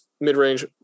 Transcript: mid-range